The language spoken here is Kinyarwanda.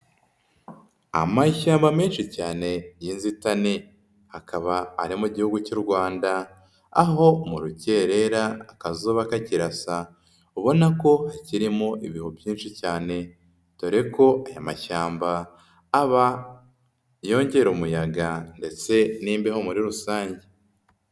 Amashyamba menshi cyane y'inzitane, akaba arimo Gihugu cy'u Rwanda, aho mu rukerera akazuba kakirasa ubona ko hakirimo ibihu byinshi cyane, dore ko aya mashyamba aba yongera umuyaga ndetse n'imbeho muri rusange.